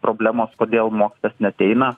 problemos kodėl mokslas neateina